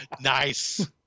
nice